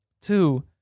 Two